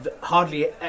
hardly